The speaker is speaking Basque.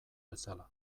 bezala